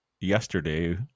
yesterday